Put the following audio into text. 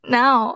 now